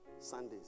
Sundays